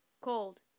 Cold